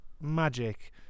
magic